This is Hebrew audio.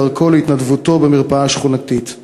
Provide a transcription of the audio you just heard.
בדרך להתנדבותו במרפאה השכונתית.